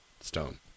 Stone